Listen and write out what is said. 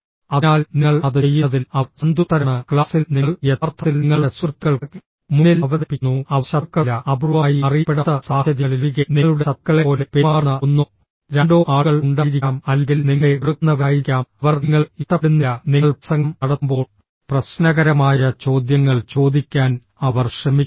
അതിനാൽ നിങ്ങൾ അത് ചെയ്യുന്നതിൽ അവർ സന്തുഷ്ടരാണ് ക്ലാസിൽ നിങ്ങൾ യഥാർത്ഥത്തിൽ നിങ്ങളുടെ സുഹൃത്തുക്കൾക്ക് മുന്നിൽ അവതരിപ്പിക്കുന്നു അവർ ശത്രുക്കളല്ല അപൂർവമായി അറിയപ്പെടാത്ത സാഹചര്യങ്ങളിലൊഴികെ നിങ്ങളുടെ ശത്രുക്കളെപ്പോലെ പെരുമാറുന്ന ഒന്നോ രണ്ടോ ആളുകൾ ഉണ്ടായിരിക്കാം അല്ലെങ്കിൽ നിങ്ങളെ വെറുക്കുന്നവരായിരിക്കാം അവർ നിങ്ങളെ ഇഷ്ടപ്പെടുന്നില്ല നിങ്ങൾ പ്രസംഗം നടത്തുമ്പോൾ പ്രശ്നകരമായ ചോദ്യങ്ങൾ ചോദിക്കാൻ അവർ ശ്രമിക്കുന്നു